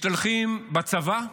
משתלחים בצבא,